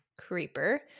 creeper